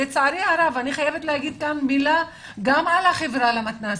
אני חייבת להגיד מילה גם על החברה למתנ"סים.